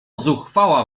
zuchwała